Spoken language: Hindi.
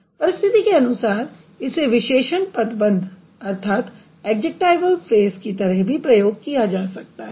परिस्थिति के अनुसार इसे विशेषण पदबंध की तरह भी प्रयोग किया जा सकता है